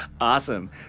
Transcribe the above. Awesome